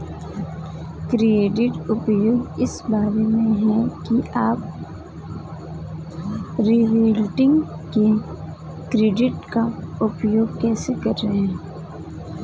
credit उपयोग इस बारे में है कि आप रिवॉल्विंग क्रेडिट का उपयोग कैसे कर रहे हैं